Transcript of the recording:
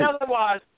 otherwise